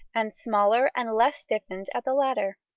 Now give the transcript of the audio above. and smaller and less stiffened at the latter.